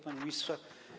Panie Ministrze!